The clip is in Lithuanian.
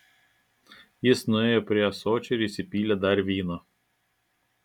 jis nuėjo prie ąsočio ir įsipylė dar vyno